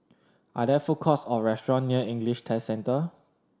are there food courts or restaurants near English Test Centre